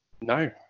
No